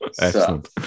Excellent